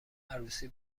عروسی